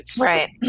Right